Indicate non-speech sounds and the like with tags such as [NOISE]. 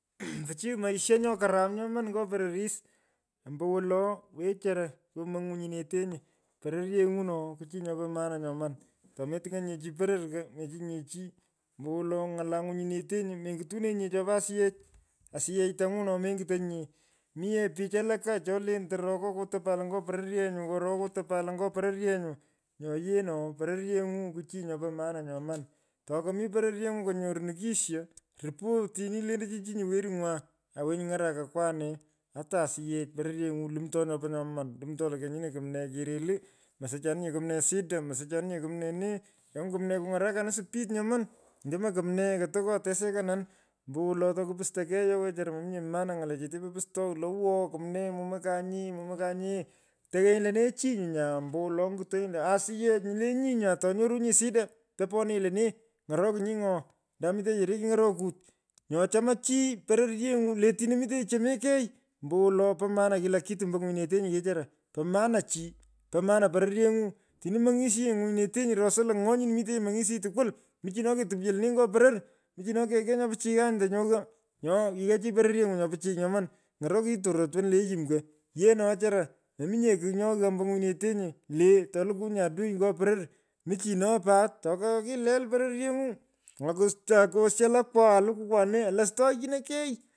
Pichiy maisha nyo karam nyoman nyo pororis ombowolo wechara yomoy ngwunyinetenyi pororyenu’u no ko chi nyopo maana nyoman. Tometiny’enyinye chi poror ko. mechinyinye chi. ombo ny’ala ngwinyinetenyi. menyutunenyine chopo asiyech. Aiyechtanyu no menyiteninye. Mi yee oich alaka cho lentei roko lo kotopan lo myo pororyenyu. roko kotopan lo nyo pororyenyu. nyoo yee no pororyenyu kuchii nyopo maana nyaman. Tomi pororyeng’u konyoru nikidyo rupo otoni lendechi choini werungwa. awenyi. ny’arak akwane. ata asiyech pororyeny’u lumto nyopo nyoman. lumto lo anyino kumnee kereli. mosochanin nyee kumnee shida. mosochanin nyee kumnee nee. kunywon kumnee kuny’arakanin speed nyoman. ndomk kumnee koto kyotesekanan ombowolo tokupusto kei nyo wechara mominye maana ng’alechete po pustogh. lo awoo kumnee momakanye momakanye. toghenyi lene chi nyo nyaa ombowolo nyitenyi lo asiyech nyile nyi nyaa atonyorunyi shida. topenenyi lonee. ng’orokinyi ng’o. anda mitenyi yore kiny’orokut. nyo chama chi pororyeng’u letini mitenyi chemoi kei ombowolo po maana kila kitu ombo ngwinyinetenyi ko wechara po maana chi. po maana pororyeng’u otini meny’ishenenyi ngwinyinetenyi rosa lo ng’o nyini mitenyi mong’isiyi tukwol. mchino ketopyo lenee nyo poror. muchino kegh kei nyo pichiy abdo nyo ghaa. Nyo yighaa chi pororyeng’u nyo pichiy nyoman. Ny’orokinyi tororot woni le yum ko. Yee no chura. mominye kigh nyo ghaa ambo nywinyinete le tolukunyi adu ngo poror. Mchino pat tokokilel pororyeng’u akosta [HESITATION] tokosyalokwa alukukwa nee alostoghchinokei.